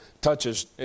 touches